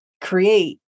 create